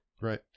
Right